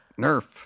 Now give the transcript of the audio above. nerf